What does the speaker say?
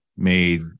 made